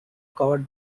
covered